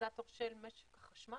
קטליזטור של משק החשמל.